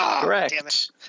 Correct